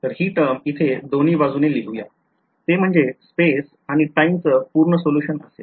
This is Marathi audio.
तर हि टर्म इथे दोन्ही बाजूने लिहूया ते म्हणजे स्पेस आणि टाईमच पूर्ण सोल्युशन असेल